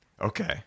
Okay